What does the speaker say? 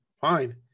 fine